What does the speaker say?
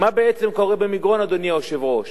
כי מה בעצם קורה במגרון, אדוני היושב-ראש?